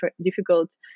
difficult